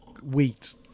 wheat